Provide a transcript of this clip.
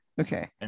Okay